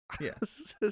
Yes